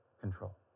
control